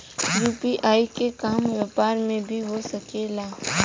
UPI के काम व्यापार में भी हो सके ला?